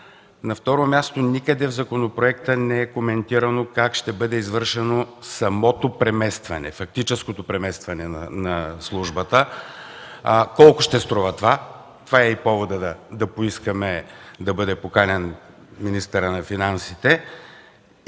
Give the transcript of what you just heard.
На второ място, никъде в законопроекта не е коментирано как ще бъде извършено самото преместване, фактическото преместване на службата, колко ще струва това. Това е и поводът да поискаме да бъде поканен министърът на финансите.